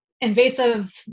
invasive